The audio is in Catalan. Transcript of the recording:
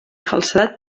falsedat